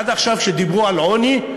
עד עכשיו כשדיברו על עוני,